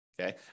Okay